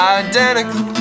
identical